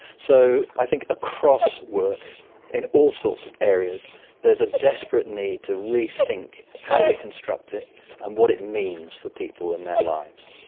so i think across work in all sorts of areas there is a desperate need to rethink how we construct it and what it means for people in their lives.